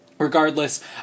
Regardless